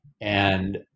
and-